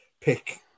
pick